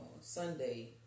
Sunday